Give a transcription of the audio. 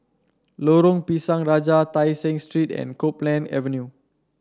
Lorong Pisang Raja Tai Seng Street and Copeland Avenue